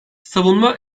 savunma